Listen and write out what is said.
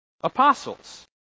apostles